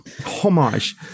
homage